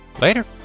Later